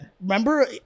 Remember